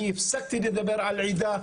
אני הפסקתי לדבר על עדה,